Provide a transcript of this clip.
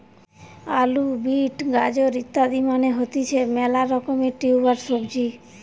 আলু, বিট, গাজর ইত্যাদি মানে হতিছে মেলা রকমের টিউবার সবজি